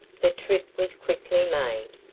the trip was quickly made.